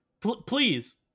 please